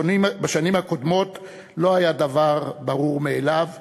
בשנים הקודמות לא היה הדבר ברור מאליו,